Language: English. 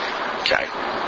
Okay